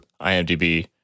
IMDb